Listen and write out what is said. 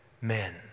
men